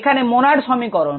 এখানে monod সমিকরন